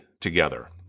together